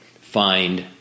find